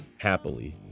happily